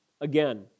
Again